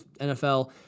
NFL